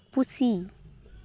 ᱯᱩᱥᱤ